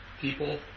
people